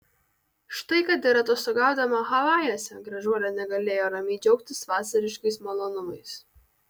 štai kad ir atostogaudama havajuose gražuolė negalėjo ramiai džiaugtis vasariškais malonumais